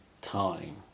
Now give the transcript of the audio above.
time